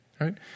right